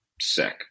sick